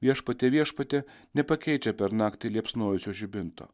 viešpatie viešpatie nepakeičia per naktį liepsnojusio žibinto